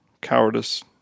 cowardice